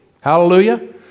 hallelujah